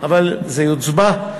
זה יוצבע.